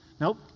Nope